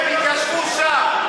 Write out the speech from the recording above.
הם התיישבו שם,